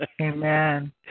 Amen